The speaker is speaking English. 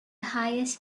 highest